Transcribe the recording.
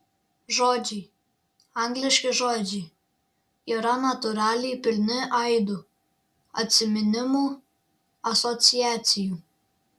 žodžiai angliški žodžiai yra natūraliai pilni aidų atsiminimų asociacijų